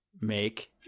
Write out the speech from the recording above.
make